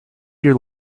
your